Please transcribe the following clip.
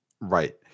right